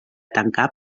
tancar